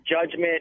judgment